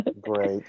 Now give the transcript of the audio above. Great